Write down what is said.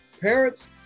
parents